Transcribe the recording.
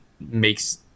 makes